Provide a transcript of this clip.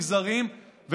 לחבר מגזרים,